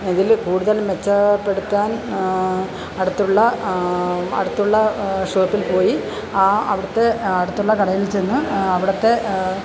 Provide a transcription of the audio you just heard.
ഇതിൽ കൂടുതൽ മെച്ചാപ്പെടുത്താൻ അടുത്തുള്ള അടുത്തുള്ള ഷോപ്പിൽ പോയി ആ അവിടുത്തെ അടുത്തുള്ള കടയിൽ ചെന്ന് അവിടുത്തെ